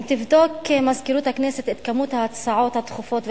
אם תבדוק מזכירות הכנסת את כמות ההצעות הדחופות והרגילות,